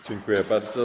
Dziękuję bardzo.